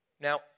Now